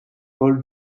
paul